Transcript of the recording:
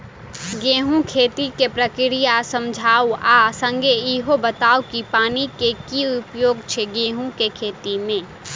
गेंहूँ केँ खेती केँ प्रक्रिया समझाउ आ संगे ईहो बताउ की पानि केँ की उपयोग छै गेंहूँ केँ खेती में?